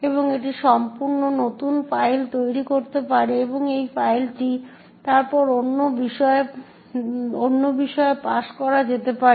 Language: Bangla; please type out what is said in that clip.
এবং একটি সম্পূর্ণ নতুন ফাইল তৈরি করতে পারে এবং এই ফাইলটি তারপর অন্য বিষয়ে পাস করা যেতে পারে